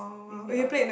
this me autumn